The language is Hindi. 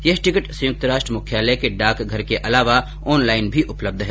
यह टिकट संयुक्त राष्ट्र मुख्यालय के डाकघर के अलावा ऑनलाइन भी उपलब्ध हैं